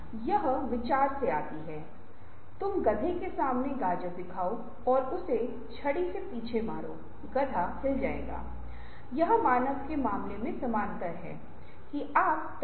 सभी में रचनात्मकता की चिंगारी है क्योंकि सभी के पास दायाँ मस्तिष्क है जो रचनात्मक विचारों के लिए उत्तरदायी है